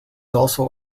also